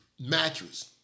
mattress